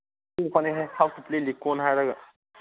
ꯂꯤꯀꯣꯟ ꯍꯥꯏꯔꯒ